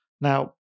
Now